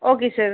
okay sir